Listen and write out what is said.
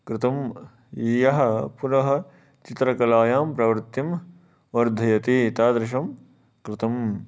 कृतं यः पुनः चित्रकलायां प्रवृत्तिं वर्धयति तादृशं कृतम्